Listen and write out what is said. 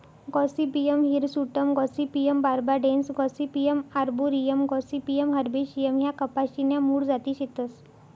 Gossypium hirsutum Gossypium barbadense Gossypium arboreum Gossypium herbaceum ह्या कपाशी न्या मूळ जाती शेतस